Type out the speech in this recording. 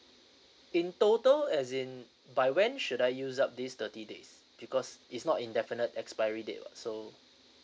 in total as in by when should I use up this thirty days because it's not indefinite expiry date what so